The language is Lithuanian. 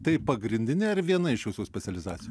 tai pagrindinė ar viena iš jūsų specializacijų